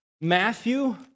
Matthew